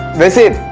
this, aunt.